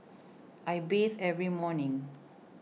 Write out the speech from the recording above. I bathe every morning